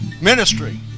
Ministry